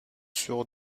sur